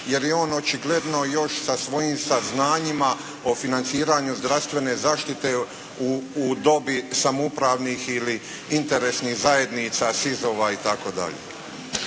jer je on očigledno još sa svojim saznanjima o financiranju zdravstvene zaštite u dobi samoupravnih ili interesnih zajednica, SIZ-ova itd.